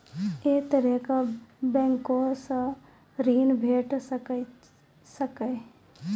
ऐ तरहक बैंकोसऽ ॠण भेट सकै ये?